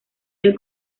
del